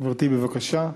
גברתי, בבקשה.